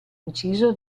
inciso